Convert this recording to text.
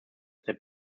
their